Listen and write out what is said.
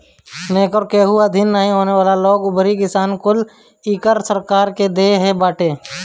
नोकर, केहू के अधीन रहे वाला लोग अउरी किसान कुल इ कर सरकार के देत बाटे